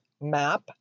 map